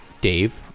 Dave